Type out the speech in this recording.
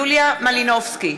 יוליה מלינובסקי,